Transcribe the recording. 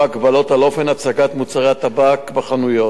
הגבלות על אופן הצגת מוצרי טבק בחנויות.